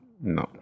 No